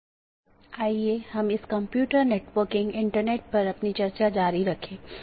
नमस्कार हम computer network और इंटरनेट पाठ्यक्रम पर अपनी चर्चा जारी रखेंगे